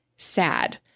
Sad